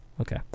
Okay